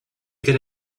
could